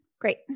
Great